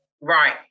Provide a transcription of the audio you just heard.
right